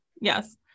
Yes